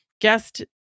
guest